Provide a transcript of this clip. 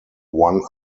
one